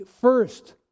first